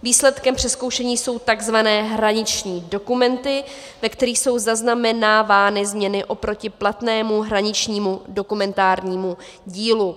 Výsledkem přezkoušení jsou takzvané hraniční dokumenty, ve kterých jsou zaznamenávány změny oproti platnému hraničnímu dokumentárnímu dílu.